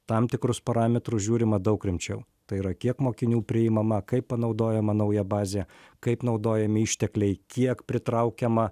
tam tikrus parametrus žiūrima daug rimčiau tai yra kiek mokinių priimama kaip panaudojama nauja bazė kaip naudojami ištekliai kiek pritraukiama